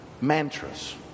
mantras